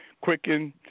Quicken